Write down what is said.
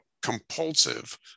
compulsive